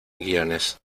guiones